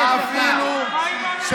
אני אגיד לך למה הוא לא הוזמן,